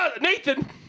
Nathan